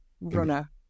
runner